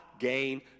gain